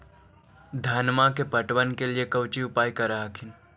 धनमा के पटबन के लिये कौची उपाय कर हखिन?